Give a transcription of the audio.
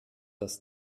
das